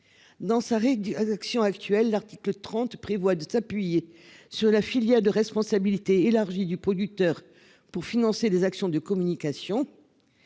reste du rédaction actuelle. L'article 30 prévoit de s'appuyer sur la filière de responsabilité élargie du producteur pour financer des actions de communication.